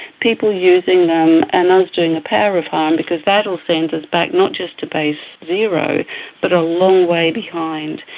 people using them and us doing a power of harm because that will send us back not just to base zero but a long way behind.